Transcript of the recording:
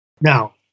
now